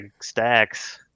stacks